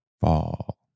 fall